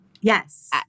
Yes